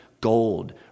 gold